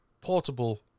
portable